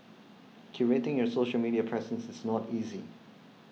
curating your social media presence is not easy